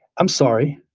i'm sorry.